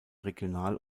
regional